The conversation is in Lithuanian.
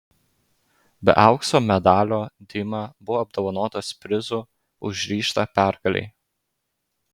be aukso medalio dima buvo apdovanotas prizu už ryžtą pergalei